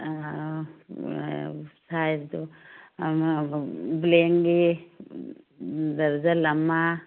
ꯁꯥꯏꯁꯇꯣ ꯑꯃ ꯕ꯭ꯂꯦꯡꯒꯤ ꯗꯔꯖꯜ ꯑꯃ